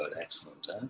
excellent